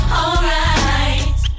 alright